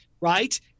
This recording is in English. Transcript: right